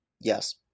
Yes